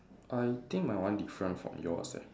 I think my one different from yours leh